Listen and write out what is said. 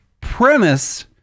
premise